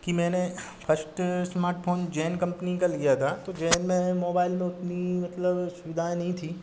कि मैंने first smartphone जैन कंपनी का लिया था तो जैन में मोबाईल में उतनी मतलब सुविधाएं नहीं थी